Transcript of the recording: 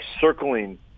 circling